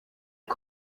der